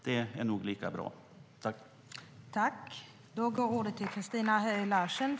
Det är nog lika bra.